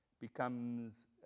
becomes